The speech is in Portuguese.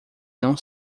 não